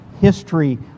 history